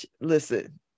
listen